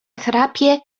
chrapie